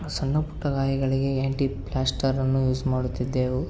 ಸಣ್ಣ ಪುಟ್ಟ ಗಾಯಗಳಿಗೆ ಆ್ಯಂಟಿಪ್ಲ್ಯಾಸ್ಟರನ್ನು ಯೂಸ್ ಮಾಡುತ್ತಿದ್ದೆವು